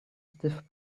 stiff